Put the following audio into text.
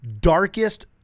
darkest